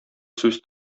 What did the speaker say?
сүз